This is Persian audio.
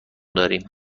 داریم